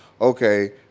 okay